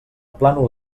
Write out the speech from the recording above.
plànol